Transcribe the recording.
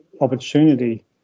opportunity